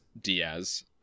diaz